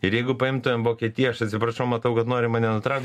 ir jeigu paimtumėm vokietiją aš atsiprašau matau kad nori mane nutraukt